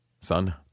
son